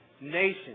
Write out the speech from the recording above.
nation